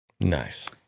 Nice